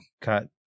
Cut